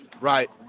Right